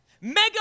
mega